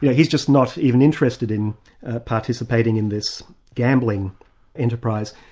yeah he's just not even interested in participating in this gambling enterprise.